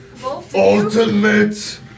ULTIMATE